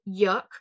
Yuck